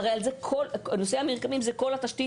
והרי שנושא המרקמים הוא זה כל התשתית